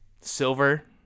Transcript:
Silver